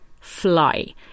fly